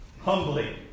humbly